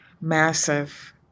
massive